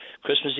Christmas